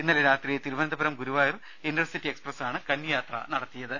ഇന്നലെ രാത്രി തിരുവനന്തപുരം ഗുരുവായൂർ ഇൻറർസിറ്റി എക്സ്പ്രസ്സാണ് കന്നിയാത്ര നടത്തിയത്